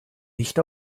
nicht